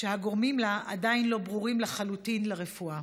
שהגורמים לה עדיין לא ברורים לחלוטין לרפואה.